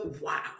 wow